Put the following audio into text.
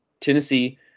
Tennessee